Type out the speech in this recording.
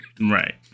Right